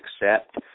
accept